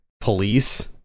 police